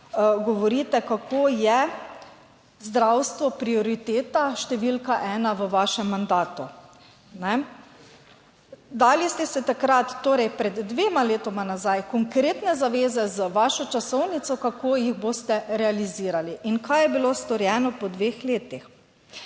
govorite kako je zdravstvo prioriteta številka 1 v vašem mandatu. Dali ste se takrat, torej pred dvema letoma nazaj, konkretne zaveze za vašo časovnico, kako jih boste realizirali. In kaj je bilo storjeno po dveh letih?